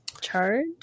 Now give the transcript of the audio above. charge